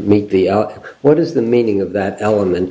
meet the what is the meaning of that element